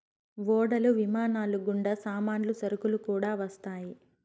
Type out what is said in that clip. ఓడలు విమానాలు గుండా సామాన్లు సరుకులు కూడా వస్తాయి